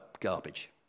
garbage